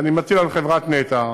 ואני מטיל על חברת נת"ע,